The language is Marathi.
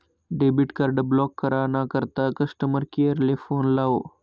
डेबिट कार्ड ब्लॉक करा ना करता कस्टमर केअर ले फोन लावो